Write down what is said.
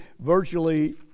virtually